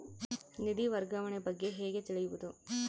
ನಿಧಿ ವರ್ಗಾವಣೆ ಬಗ್ಗೆ ಹೇಗೆ ತಿಳಿಯುವುದು?